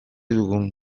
dugun